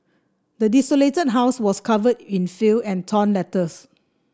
the desolated house was covered in filth and torn letters